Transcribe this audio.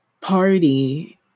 party